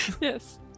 Yes